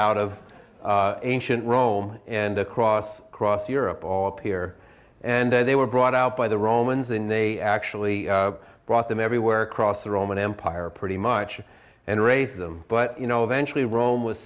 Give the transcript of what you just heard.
out of ancient rome and across across europe all appear and they were brought out by the romans and they actually brought them everywhere across the roman empire pretty much and raise them but you know eventually ro